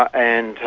and,